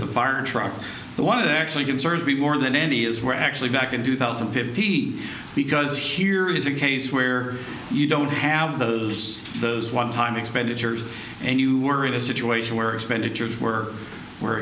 truck the one of the actually concerns me more than any is we're actually back in two thousand and fifty because here is a case where you don't have those those one time expenditures and you were in a situation where expenditures were were